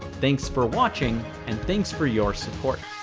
thanks for watching and thanks for your support.